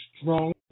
strong